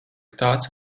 tāds